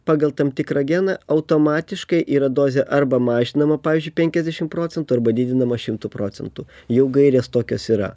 pagal tam tikrą geną automatiškai yra dozė arba mažinama pavyzdžiui penkiasdešim procentų arba didinama šimtu procentų jau gairės tokios yra